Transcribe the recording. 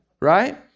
Right